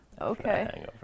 Okay